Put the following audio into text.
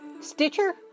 Stitcher